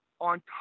on